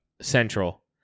central